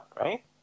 right